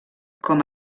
com